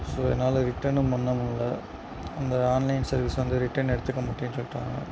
so என்னால் ரிட்டனும் பண்ணமுடில்ல அந்த ஆன்லைன் சர்வீஸ் வந்து ரிட்டன் எடுத்துக்க மாட்டேன்னு சொல்லிட்டாங்க